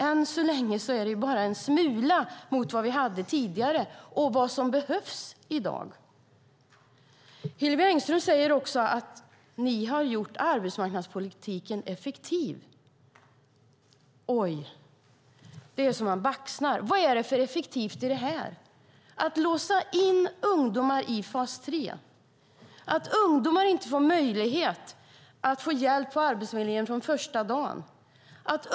Än så länge är det bara en smula mot vad vi hade tidigare och vad som behövs i dag. Hillevi Engström säger också att ni har gjort arbetsmarknadspolitiken effektiv. Oj, det är så att man baxnar! Vad är det för effektivt i detta? Det handlar om att låsa in ungdomar i fas 3 och att de inte får möjlighet att få hjälp på Arbetsförmedlingen från första dagen.